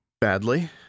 Badly